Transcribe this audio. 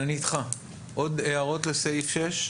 עוד הערות לסעיף 6?